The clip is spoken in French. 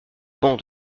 banc